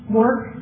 work